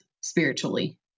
spiritually